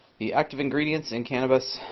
the active ingredients in cannabis,